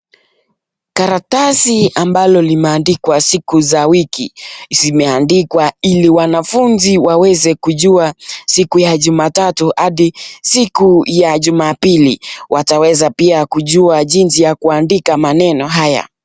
Karatasi ambalo limeandikwa siku za wiki zimeandikwa ili wanafunzi waweze kujua siku ya jumatatu hadi siku ya jumapili ,wataweza pia kujua jinsi ya kuandika maneno haya.